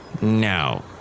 No